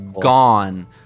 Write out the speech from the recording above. gone